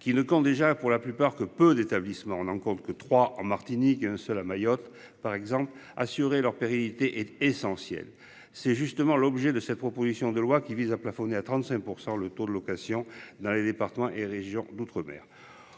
qui ne quand déjà pour la plupart que peu d'établissements n'en compte que trois en Martinique, seuls à Mayotte par exemple assurer leur pérennité est essentiel, c'est justement l'objet de cette proposition de loi qui vise à plafonner à 35% le taux de location dans les départements et régions d'outre- mer